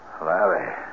Larry